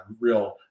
real